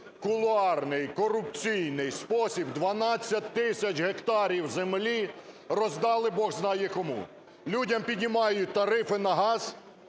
кулуарний, корупційний спосіб 12 тисяч гектарів землі роздали Бог знає кому. Людям підіймають тарифи на газ,